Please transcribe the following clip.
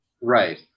Right